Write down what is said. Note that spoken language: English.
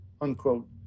unquote